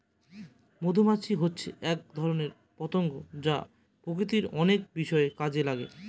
মধুমাছি হচ্ছে এক ধরনের পতঙ্গ যা প্রকৃতির অনেক বিষয়ে কাজে লাগে